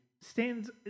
stands